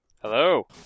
hello